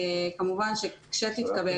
כמובן שכשתתקבל,